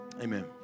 Amen